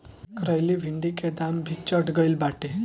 करइली भिन्डी के दाम भी चढ़ गईल बाटे